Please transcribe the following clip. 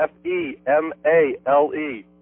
F-E-M-A-L-E